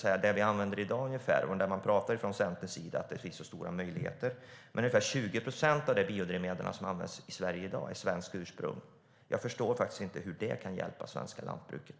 Från Centerns sida pratar man om att det finns så stora möjligheter, men bara ungefär 20 procent av de biodrivmedel som används i Sverige i dag är av svenskt ursprung. Jag förstår faktiskt inte hur det kan hjälpa det svenska lantbruket.